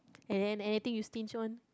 and then anything you stinge on